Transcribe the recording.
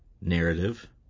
Narrative